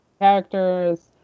characters